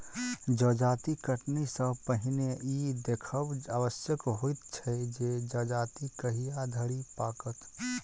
जजाति कटनी सॅ पहिने ई देखब आवश्यक होइत छै जे जजाति कहिया धरि पाकत